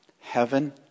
Heaven